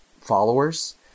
followers